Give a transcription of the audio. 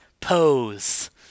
Pose